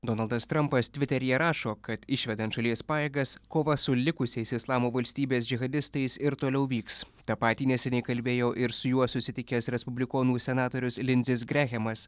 donaldas trampas tviteryje rašo kad išvedant šalies pajėgas kova su likusiais islamo valstybės džihadistais ir toliau vyks tą patį neseniai kalbėjo ir su juo susitikęs respublikonų senatorius linzis grehemas